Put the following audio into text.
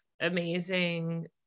amazing